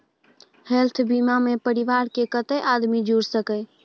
Health बीमा मे परिवार के कत्ते आदमी जुर सके छै?